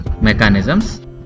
mechanisms